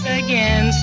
again